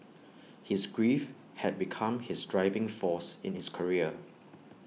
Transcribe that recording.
his grief had become his driving force in his career